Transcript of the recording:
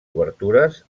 obertures